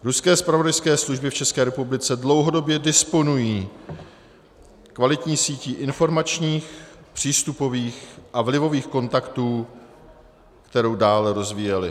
Ruské zpravodajské služby v České republice dlouhodobě disponují kvalitní sítí informačních, přístupových a vlivových kontaktů, kterou dále rozvíjely.